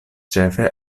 ĉefe